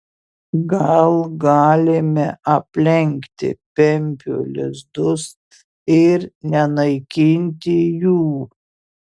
gal galime aplenkti pempių lizdus ir nenaikinti jų